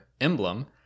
emblem